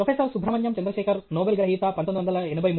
professor Subrahmanyan Chandrasekhar Nobel గ్రహీత 1983